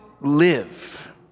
live